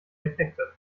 effekte